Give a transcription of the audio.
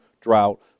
drought